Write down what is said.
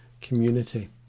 community